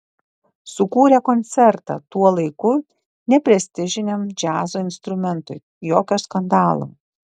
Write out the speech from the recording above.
sukūrė koncertą tuo laiku neprestižiniam džiazo instrumentui jokio skandalo